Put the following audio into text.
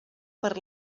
per